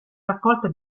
raccolta